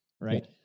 Right